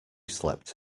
slept